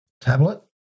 Tablet